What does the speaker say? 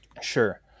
sure